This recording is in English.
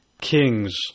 kings